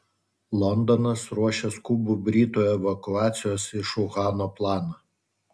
londonas ruošia skubų britų evakuacijos iš uhano planą